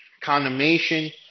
Condemnation